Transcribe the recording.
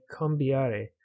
cambiare